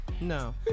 No